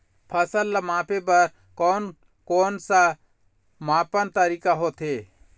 फसल ला मापे बार कोन कौन सा मापन तरीका होथे?